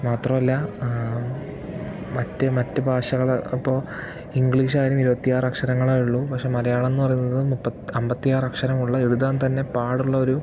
മാത്രമല്ല മറ്റ് മറ്റ് ഭാഷകൾ അപ്പോൾ ഇംഗ്ലീഷായാലും ഇരുപത്തിയാറ് അക്ഷരങ്ങളെ ഉള്ളൂ പക്ഷെ മലയാളം എന്നു പറയുന്നത് മുപ്പത്തി അമ്പത്തിയാറ് അക്ഷരമുള്ള എഴുതാൻ താന്നെ പാടുള്ള ഒരു